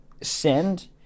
send